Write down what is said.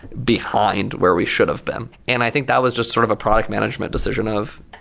behind where we should have been. and i think that was just sort of a product management decision of,